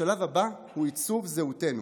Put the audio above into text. השלב הבא הוא עיצוב זהותנו,